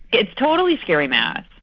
it's totally scary math.